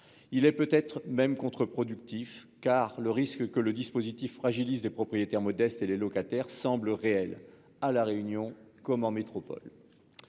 Il est peut-être même contre-productif, car le risque que le dispositif fragilise les propriétaires modestes et les locataires semble réel, à La Réunion comme en métropole.